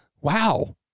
wow